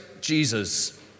Jesus